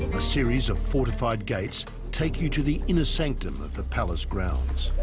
a series of fortified gates take you to the inner sanctum of the palace grounds